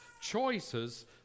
choices